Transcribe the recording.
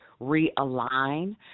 realign